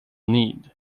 need